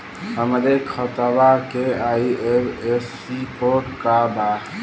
हमरे खतवा के आई.एफ.एस.सी कोड का बा?